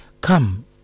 Come